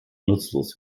nutzlos